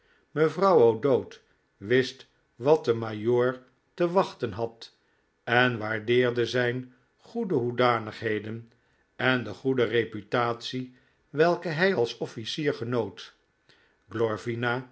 mevrouw o'dowd wist wat de majoor te wachten had en waardeerde zijn goede hoedanigheden en de goede reputatie welke hij als officier genoot